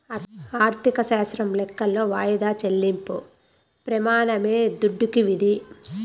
అర్ధశాస్త్రం లెక్కలో వాయిదా చెల్లింపు ప్రెమానమే దుడ్డుకి విధి